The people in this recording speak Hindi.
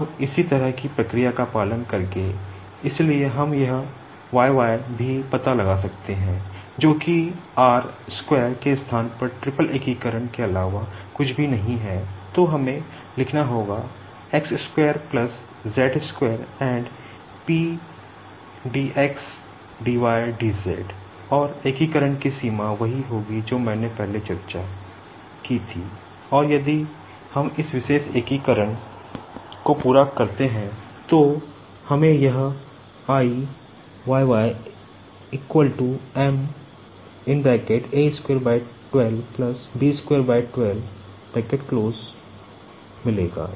अब इसी तरह की प्रक्रिया का पालन करके इसलिए हम यह yy भी पता लगा सकते हैं जो कि r स्क्वायर के अलावा कुछ भी नहीं है तो हमें लिखना होगा और इंटीग्रेशन को पूरा करते हैं तो हमें यह मिलेगा